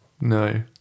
No